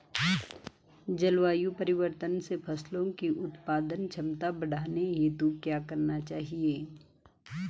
जलवायु परिवर्तन से फसलों की उत्पादन क्षमता बढ़ाने हेतु क्या क्या करना चाहिए?